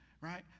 right